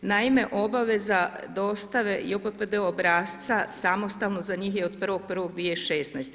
Naime, obaveza dostava JOPPD obrasca samostalno za njih je od 1.1.2016.